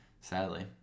Sadly